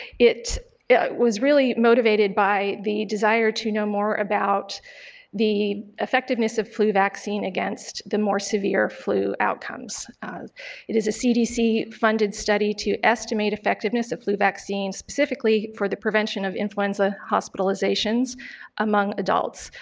it yeah it was really motivated by the desire to know more about the effectiveness of flu vaccine against the more severe flu outcomes. it is a cdc funded study to estimate effectiveness of flu vaccines specifically for the prevention of influenza hospitalizations among adults.